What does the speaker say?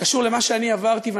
אלא קשור למה שאני עברתי,